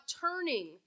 turning